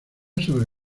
sobre